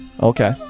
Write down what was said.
Okay